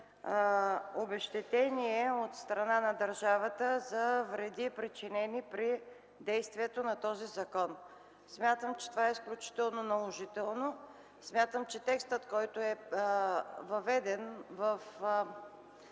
обезщетение от страна на държавата за вреди, причинени при действието на този закон. Смятам, че това е изключително наложително. Смятам, че текстът, който е въведен в